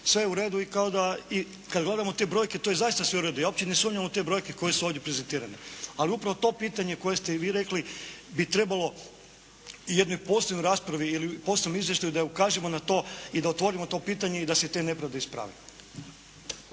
i kao da, i kad gledamo te brojke tu je zaista sve u redu. Ja uopće ne sumnjam u te brojke koje su ovdje prezentirane. Ali upravo to pitanje koje ste i vi rekli bi trebalo u jednoj posebnoj raspravi, u jednom posebnom izvještaju da ukažemo na to i da otvorimo to pitanje i da se te nepravde isprave.